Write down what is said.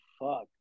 fuck